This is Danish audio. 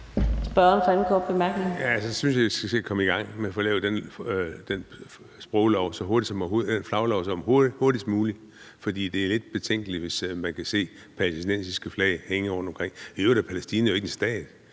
Søren Espersen (DD): Så synes jeg, at I skal se at komme i gang med at få lavet den flaglov hurtigst muligt, for det er lidt betænkeligt, hvis man kan se palæstinensiske flag hænge rundtomkring. I øvrigt er Palæstina jo ikke en stat,